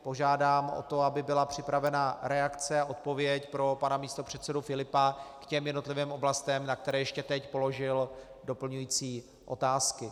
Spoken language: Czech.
Požádám o to, aby byla připravena reakce a odpověď pro pana místopředsedu Filipa k jednotlivým oblastem, na které teď ještě položil doplňující otázky.